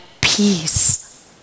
peace